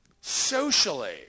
Socially